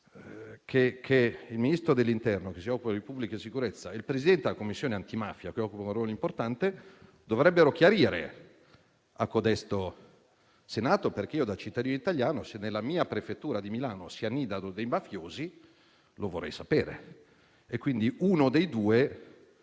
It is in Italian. che il Ministro dell'interno, che si occupa di pubblica sicurezza, e il Presidente della Commissione antimafia, che ricopre un ruolo importante, dovrebbero chiarire a codesto Senato, perché da cittadino italiano, se nella mia prefettura di riferimento (quella di Milano) si annidano dei mafiosi, vorrei saperlo: quindi uno dei due